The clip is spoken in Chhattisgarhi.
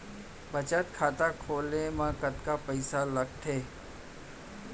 बचत खाता खोले मा कतका पइसा लागथे?